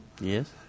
Yes